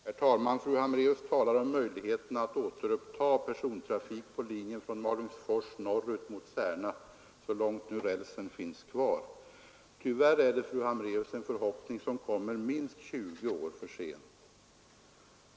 Herr talman! Fru Hambraeus talar om möjligheterna att återuppta persontrafik på linjen Malungsfors norrut mot Särna så långt rälsen nu finns kvar. Tyvärr, fru Hambraeus, är det en förhoppning som kommer minst 20 år för sent.